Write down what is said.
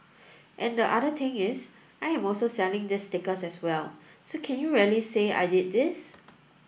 and the other thing is I'm also selling these stickers as well so can you really say I did these